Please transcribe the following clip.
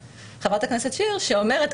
שאומרת,